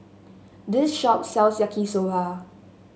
this shop sells Yaki Soba